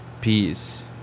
peace